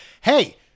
Hey